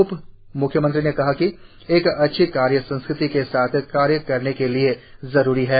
उप म्ख्यमंत्री ने कहा कि एक अच्छी कार्य संस्कृति के साथ कार्य करने के लिए जरुरी है